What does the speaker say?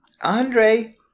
Andre